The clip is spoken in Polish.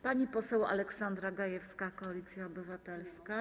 Pani poseł Aleksandra Gajewska, Koalicja Obywatelska.